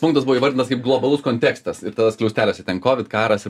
punktas buvo įvardintas kaip globalus kontekstas ir tada skliausteliuose ten kovid karas ir